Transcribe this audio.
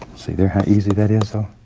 see there, how easy that is, though?